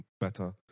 better